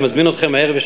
אני מזמין אתכם הערב.